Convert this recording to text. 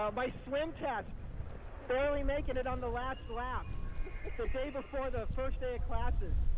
ah my swim test barely making it on the last lap so day before the first day of classes.